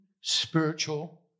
spiritual